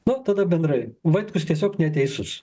nu tada bendrai vaitkus tiesiog neteisus